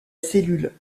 cellules